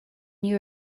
you